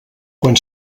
quan